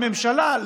הממשלה,